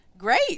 great